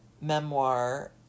memoir